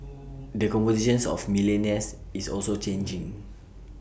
the composition of millionaires is also changing